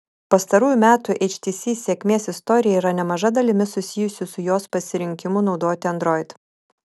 pastarųjų metų htc sėkmės istorija yra nemaža dalimi susijusi su jos pasirinkimu naudoti android